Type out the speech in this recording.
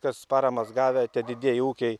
kas paramas gavę tie didieji ūkiai